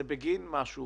זה בגין משהו